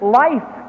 life